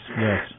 yes